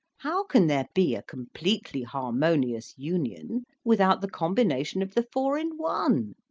how can there be a completely harmonious union without the combination of the four in one,